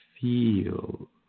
feel